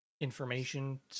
information